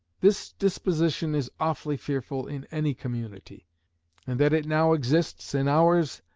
this disposition is awfully fearful in any community and that it now exists in ours,